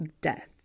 death